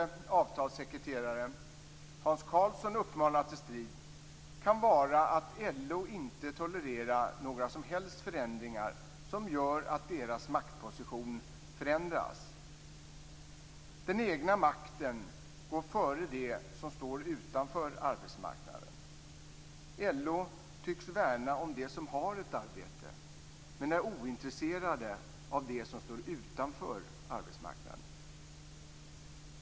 Karlsson uppmanat till strid kan vara att LO inte tolererar några som helst förändringar som gör att deras maktposition förändras. Den egna makten går före dem som står utanför arbetsmarknaden. LO tycks värna om dem som har ett arbete, men är ointresserat av dem som står utanför arbetsmarknaden.